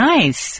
Nice